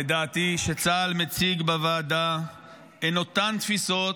לדעתי, שצה"ל מציג בוועדה הן אותן תפיסות,